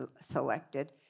selected